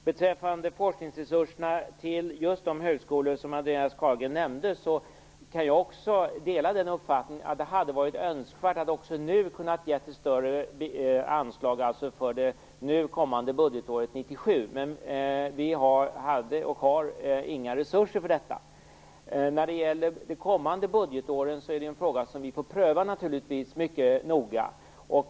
Beträffande forskningsresurserna till just de högskolor som Andreas Carlgren nämnde kan jag dela den uppfattningen att det också hade varit önskvärt att kunna ge större anslag för det nu kommande budgetåret 1997, men vi hade och har inga resurser för detta. Detta är naturligtvis en fråga som vi får pröva mycket noga för de kommande budgetåren.